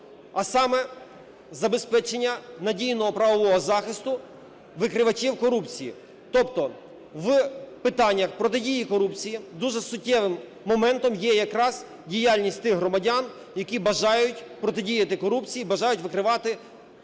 А саме: забезпечення надійного правового захисту викривачів корупції. Тобто в питаннях протидії корупції дуже суттєвим моментом є якраз діяльність тих громадян, які бажають протидіяти корупції і бажають викривати цих